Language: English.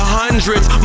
hundreds